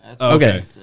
Okay